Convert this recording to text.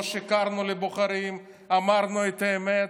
לא שיקרנו לבוחרים, אמרנו את האמת.